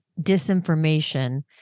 disinformation